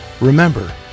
Remember